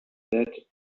that